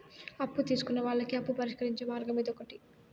అప్పు తీసుకున్న వాళ్ళకి అప్పు పరిష్కరించే మార్గం ఇదొకటి